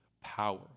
power